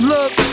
Look